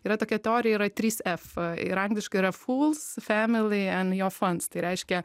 yra tokia teorija yra trys f ir angliškai yra fools family and your funds tai reiškia